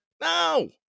No